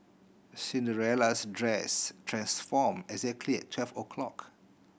Cinderella's dress transformed exactly at twelve o' clock